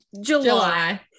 July